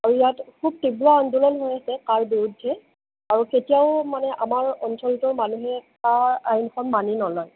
আৰু ইয়াত খুব তীব্ৰ আন্দোলন হৈ আছে কাৰ বিৰুদ্ধে আৰু কেতিয়াও মানে আমাৰ অঞ্চলটোৰ মানুহে কা আইনখন মানি নলয়